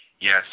Yes